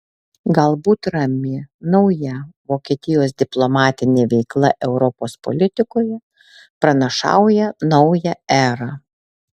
galbūt rami nauja vokietijos diplomatinė veikla europos politikoje pranašauja naują erą